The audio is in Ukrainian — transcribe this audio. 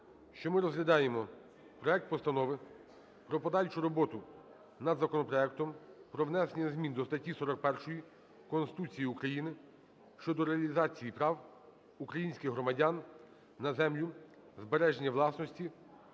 що ми розглядаємо проект Постанови про подальшу роботу над законопроектом про внесення змін до статті 41 Конституції України щодо реалізації прав українських громадян на землю, збереження власності